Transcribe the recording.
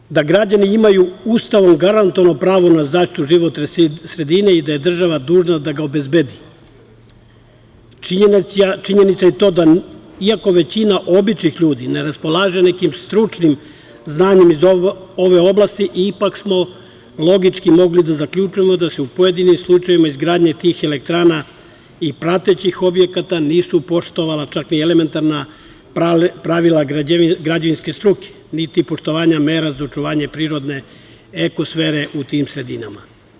Činjenica da građani imaju Ustavom garantovano pravo na zaštitu životne sredine i da je država dužna da ga obezbedi, činjenica je i to da iako većina običnih ljudi ne raspolaže nekim stručnim znanjem iz ove oblasti, ipak smo logički mogli da zaključimo da se u pojedinim slučajevima izgradnje tih elektrana i pratećih objekata nisu poštovala čak ni elementarna pravila građevinske struke, niti poštovanja mera za očuvanje prirodne ekosfere u tim sredinama.